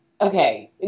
okay